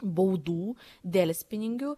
baudų delspinigių